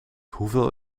hoeveel